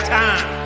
time